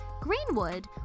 Greenwood